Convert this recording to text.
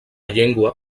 llengua